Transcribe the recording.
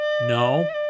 No